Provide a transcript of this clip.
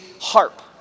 harp